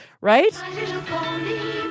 right